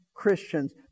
Christians